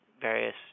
various